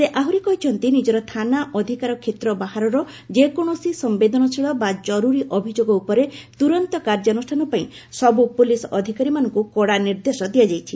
ସେ ଆହୁରି କହିଛନ୍ତି ନିଜର ଥାନା ଅଧିକାର କ୍ଷେତ୍ର ବାହାରର ଯେକୌଣସି ସମ୍ପେଦନଶୀଳ ବା କରୁରୀ ଅଭିଯୋଗ ଉପରେ ତୁରନ୍ତ କାର୍ଯ୍ୟାନୁଷ୍ଠାନ ପାଇଁ ସବୁ ପୋଲିସ ଅଧିକାରୀମାନଙ୍କୁ କଡା ନିର୍ଦ୍ଦେଶ ଦିଆଯାଇଛି